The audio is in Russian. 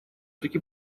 таки